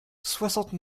soixante